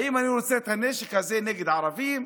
האם אני רוצה את הנשק הזה נגד ערבים?